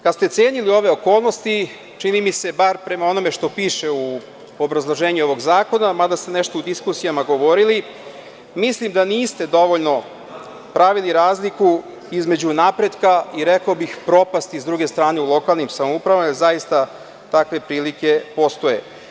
Da ste cenili ove okolnosti, čini mi se, bar prema onome što piše u obrazloženju ovog zakona, mada ste nešto u diskusijama govorili, mislim da niste dovoljno pravili razliku između napretka i, rekao bih, propasti, s druge strane, u lokalnim samoupravama jer zaista takve prilike postoje.